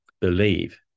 believe